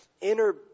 inner